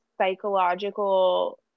psychological